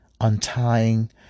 untying